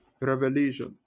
Revelation